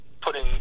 putting